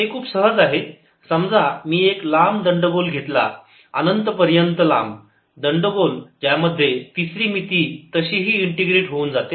हे खूप सहज आहे समजा मी एक लांब दंडगोल घेतला अनंत पर्यंत लांब दंडगोल ज्यामध्ये तिसरी मिती तशीही इंटिग्रेट होऊन जाते